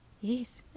Yes